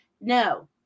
No